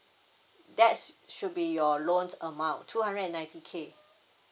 that should be your loan amount two hundred and ninety K